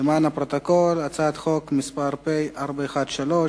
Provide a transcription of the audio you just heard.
למען הפרוטוקול, הצעת חוק מס' פ/413: